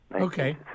Okay